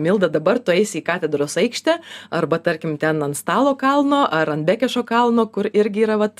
milda dabar tu eisi į katedros aikštę arba tarkim ten ant stalo kalno ar ant bekešo kalno kur irgi yra vat